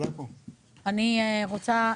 אני רוצה,